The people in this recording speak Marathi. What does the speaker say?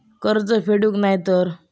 कर्ज फेडूक नाय तर?